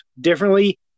differently